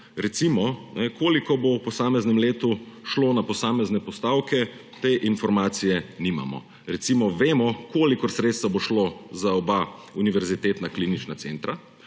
recimo, koliko bo v posameznem letu šlo na posamezne postavke. Te informacije nimamo. Recimo, vemo, koliko sredstev bo šlo za oba univerzitetna klinična centra,